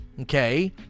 okay